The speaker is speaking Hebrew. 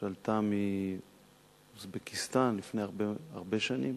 שעלתה מאוזבקיסטן לפני הרבה שנים.